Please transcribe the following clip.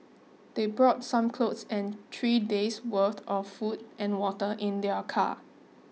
they brought some clothes and three days' worth of food and water in their car